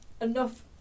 enough